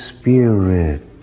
Spirit